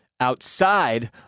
outside